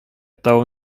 тау